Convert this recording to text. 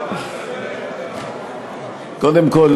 קודם כול,